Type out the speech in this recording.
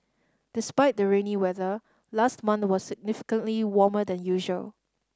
despite the rainy weather last month was significantly warmer than usual